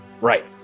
right